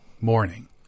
morning